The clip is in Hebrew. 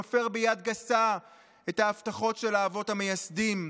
מפר ביד גסה את ההבטחות של האבות המייסדים.